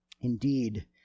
indeed